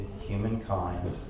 humankind